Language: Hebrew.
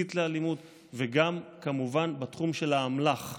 הסית לאלימות, וגם כמובן בתחום האמל"ח,